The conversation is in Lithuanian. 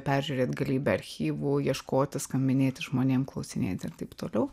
peržiūrėt galybę archyvų ieškoti skambinėti žmonėm klausinėti ir taip toliau